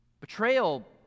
Betrayal